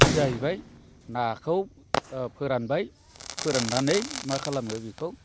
बे जाहैबाय नाखौ फोरानबाय फोराननानै मा खालामो बेखौ